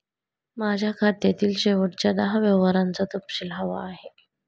माझ्या खात्यातील शेवटच्या दहा व्यवहारांचा तपशील हवा आहे